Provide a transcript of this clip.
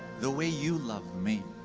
the way you love me.